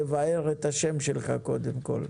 תבאר את השם שלך קודם כול.